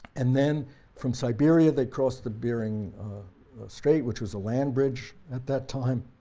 and then from siberia they crossing the bering strait, which was a land bridge at that time,